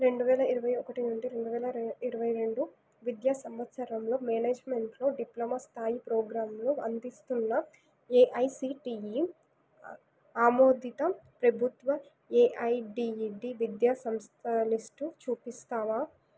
రెండువేల ఇరవై ఒకటి నుండి రెండువేల ఇరవై రెండు విద్యా సంవత్సరంలో మేనేజ్మెంట్లో డిప్లొమా స్థాయి ప్రోగ్రాంలు అందిస్తున్న ఏఐసిటిఈ ఆమోదిత ప్రభుత్వ ఎఐడిఈడి విద్యా సంస్థల లిస్టు చూపిస్తావా